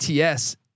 ATS